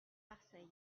marseille